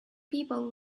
people